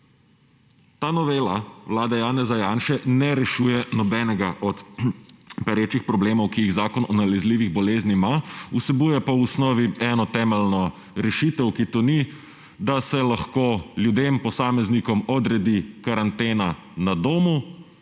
Ta novela vlade Janeza Janše ne rešuje nobenega od perečih problemov, ki jih Zakon o nalezljivih boleznih ima, vsebuje pa v osnovi eno temeljno rešitev, ki to ni, da se lahko ljudem, posameznikom, odredi karantena na domu,